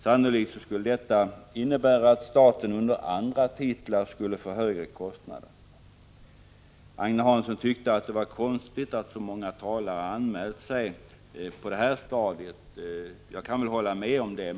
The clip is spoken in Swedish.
Sannolikt skulle detta innebära att staten under andra titlar skulle få högre kostnader. Agne Hansson tyckte att det var konstigt att så många talare anmält sig på det här stadiet. Jag kan hålla med om det.